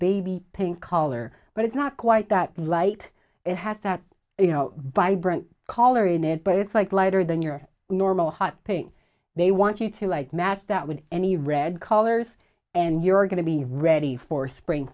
pink color but it's not quite that light it has that you know by brant color in it but it's like lighter than your normal hot pink they want you to like match that with any red colors and you're going to be ready for spring